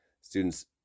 students